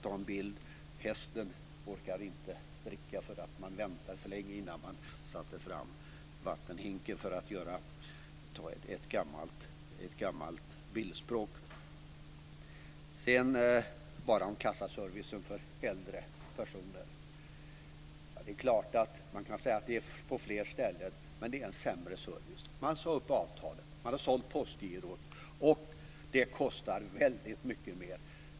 Hästen orkar inte dricka för att man väntade för länge innan man satte fram vattenhinken, för att ta ett gammalt bildspråk. Sedan till kassaservicen för äldre personer. Det är klart att man kan säga att den finns på fler ställen, men det är en sämre service. Man har sagt upp avtalet och sålt Postgirot, och det kostar väldigt mycket mer.